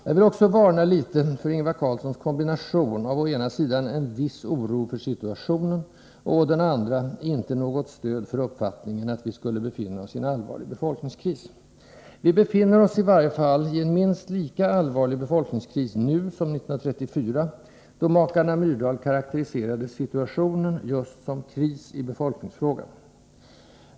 Jag vill också varna litet för Ingvar Carlssons kombination av formuleringar: å ena sidan ”viss oro för situationen” och å den andra ”inte något stöd för uppfattningen att vi skulle befinna oss i en allvarlig befolkningskris”. Vi befinner oss i varje fall i en minst lika allvarlig befolkningskris nu som 1934, då makarna Myrdal karakteriserade situationen just som ”kris i befolkningsfrågan”.